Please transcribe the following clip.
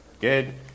Good